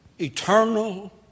Eternal